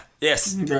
Yes